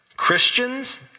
Christians